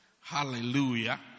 Hallelujah